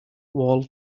wall